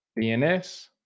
DNS